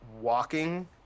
walking